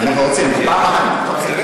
אנחנו רוצים, בפעם אחת, אוקיי.